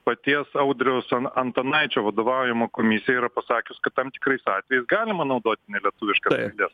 paties audriaus antanaičio vadovaujama komisija yra pasakius kad tam tikrais atvejais galima naudoti nelietuviškas raides